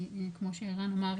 כי כמו שערן אמר,